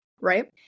Right